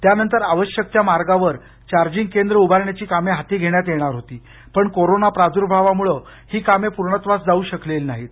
त्यानंतर आवश्यक त्या मार्गावर चार्जिंग केंद्र उभारण्याची कामे हाती घेण्यात येणार होती पण कोरोना प्रार्द्भावामुळं ही कामे पूर्णत्वास जाऊ शकलेली नाहीत